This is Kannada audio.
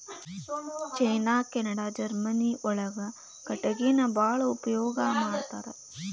ಚೇನಾ ಕೆನಡಾ ಜರ್ಮನಿ ಒಳಗ ಕಟಗಿನ ಬಾಳ ಉಪಯೋಗಾ ಮಾಡತಾರ